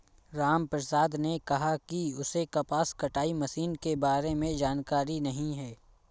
रामप्रसाद ने कहा कि उसे कपास कटाई मशीन के बारे में जानकारी नहीं है